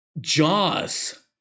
Jaws